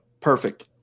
Perfect